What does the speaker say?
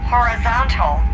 Horizontal